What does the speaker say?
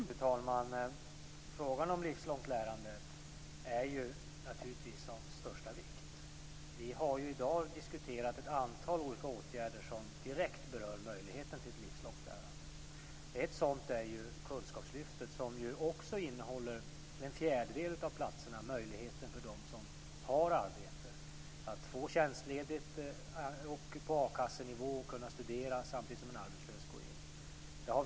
Fru talman! Frågan om livslångt lärande är naturligtvis av största vikt. Vi har i dag diskuterat ett antal olika åtgärder som direkt berör möjligheten till ett livslångt lärande. Ett sådant är kunskapslyftet, som innehåller till en fjärdedel av platserna möjligheten för dem som har arbete att få tjänstledigt och att kunna studera på a-kassenivå samtidigt som en arbetslös går in på det ordinarie jobbet.